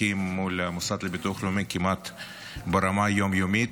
מול המוסד לביטוח לאומי כמעט ברמה היום-יומית,